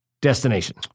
destination